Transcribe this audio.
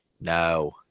No